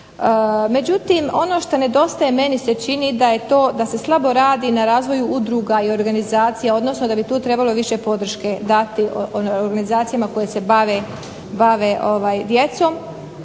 Međutim ono što nedostaje, meni se čini da je to, da se slabo radi na razvoju udruga i organizacija, odnosno da bi tu trebalo više podrške dati organizacijama koje se bave djecom.